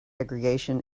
aggregation